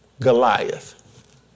Goliath